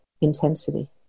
intensity